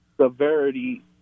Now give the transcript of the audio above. severity